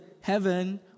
heaven